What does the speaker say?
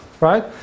right